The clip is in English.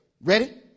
Ready